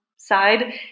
Side